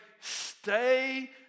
stay